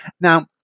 Now